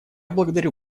благодарю